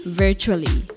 virtually